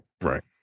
right